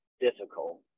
difficult